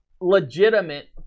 legitimate